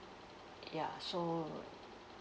ya so